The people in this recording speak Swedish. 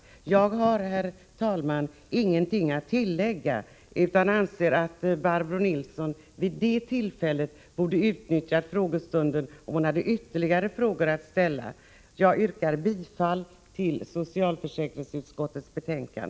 Jag har, herr talman, ingenting att tillägga utan anser att Barbro Nilsson vid det tillfället borde ha utnyttjat frågestunden, om hon hade ytterligare frågor att ställa. Jag yrkar bifall till socialförsäkringsutskottets hemställan.